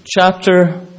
chapter